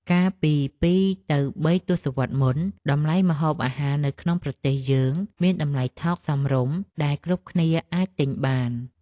កាលពីពីរទៅបីទសវត្សរ៍មុន តម្លៃម្ហូបអាហារនៅក្នុងប្រទេសយើងមានតម្លៃថោកសមរម្យដែលគ្រប់គ្នាអាចទិញបាន។